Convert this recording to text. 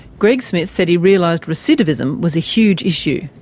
greg smith said he realised recidivism was a huge issue.